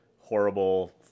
horrible